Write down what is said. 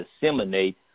disseminate